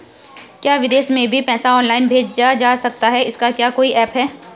क्या विदेश में भी पैसा ऑनलाइन भेजा जा सकता है इसका क्या कोई ऐप है?